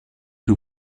too